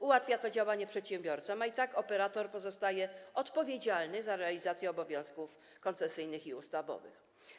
Ułatwia to działanie przedsiębiorcom, a i tak operator pozostaje odpowiedzialny za realizację obowiązków koncesyjnych i ustawowych.